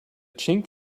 chink